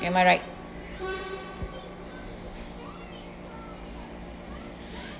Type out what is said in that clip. am I right